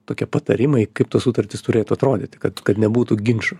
tokie patarimai kaip ta sutartis turėtų atrodyti kad kad nebūtų ginčų